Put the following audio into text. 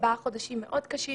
ארבעה חודשים מאוד קשים